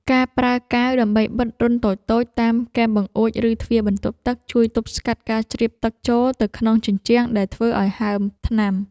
ការប្រើកាវដើម្បីបិទរន្ធតូចៗតាមគែមបង្អួច ឬទ្វារបន្ទប់ទឹក ជួយទប់ស្កាត់ការជ្រាបទឹកចូលទៅក្នុងជញ្ជាំងដែលធ្វើឱ្យហើមថ្នាំ។